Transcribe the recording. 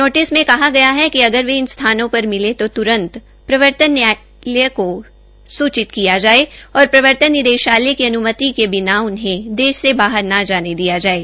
notice में कहा गया है कि अगर वे इन स्थानों पर मिले तो तुरंत प्रवर्तन निदेशालय को सूचित किया जाये और प्रवर्तन निदेशालय की अनुमति के बिना उन्हें देश से बाहर न जाने दिया जाये